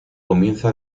comienza